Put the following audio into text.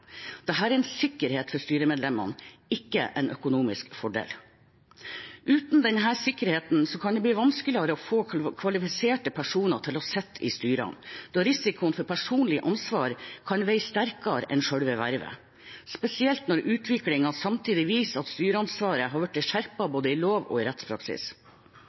er en sikkerhet for styremedlemmene, ikke en økonomisk fordel. Uten denne sikkerheten kan det bli vanskeligere å få kvalifiserte personer til å sitte i styrene, da risikoen for personlig ansvar kan veie sterkere enn selve vervet, spesielt når utviklingen samtidig viser at styreansvaret har blitt skjerpet både i lov og i rettspraksis.